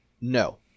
No